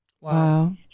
Wow